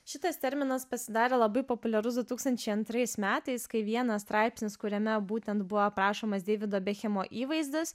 šitas terminas pasidarė labai populiarus du tūkstančiai antrais metais kai vienas straipsnis kuriame būtent buvo aprašomas deivido bekhemo įvaizdis